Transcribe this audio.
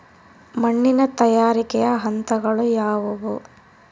ಮಣ್ಣಿನ ತಯಾರಿಕೆಯ ಹಂತಗಳು ಯಾವುವು?